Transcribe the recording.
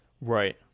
right